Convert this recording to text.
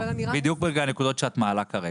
בדיוק בגלל הנקודות שאת מעלה כרגע.